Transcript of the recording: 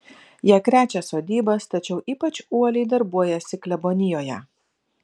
jie krečia sodybas tačiau ypač uoliai darbuojasi klebonijoje